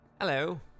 Hello